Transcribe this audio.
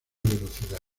velocidad